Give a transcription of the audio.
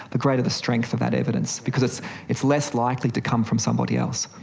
the greater the strength of that evidence because it's less likely to come from somebody else.